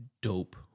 dope